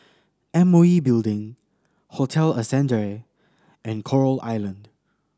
M O E Building Hotel Ascendere and Coral Island